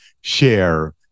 share